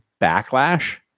backlash